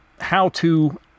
how-to